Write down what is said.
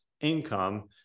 income